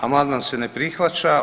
Amandman se ne prihvaća.